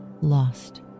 lost